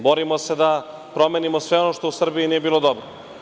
Borimo se da promenimo sve ono što u Srbiji nije bilo dobro.